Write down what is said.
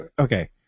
Okay